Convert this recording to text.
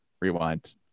rewind